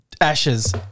Ashes